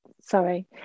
sorry